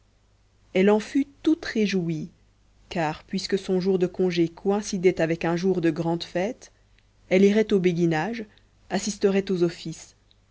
elle en fut toute réjouie car puisque son jour de congé coïncidait avec un jour de grande fête elle irait au béguinage assisterait aux offices